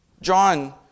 John